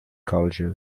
college